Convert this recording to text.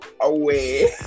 away